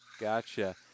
Gotcha